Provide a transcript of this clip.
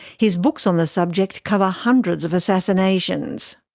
his books on the subject cover hundreds of assassinations.